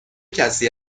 کسی